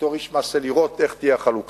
בתור איש מעשה, לראות איך תהיה החלוקה.